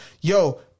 yo